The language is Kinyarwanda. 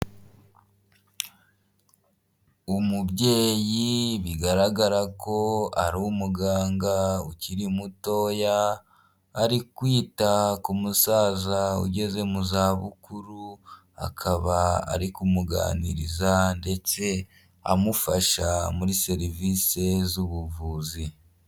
Umubyeyi bigaragara ko ari umuganga ukiri muto, ari kwita ku musaza ugeze mu zabukuru, akaba ari kumuganiriza ndetse amufasha muri serivise z'ubuvuzi.